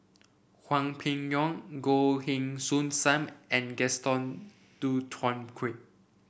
Hwang Peng Yuan Goh Heng Soon Sam and Gaston Dutronquoy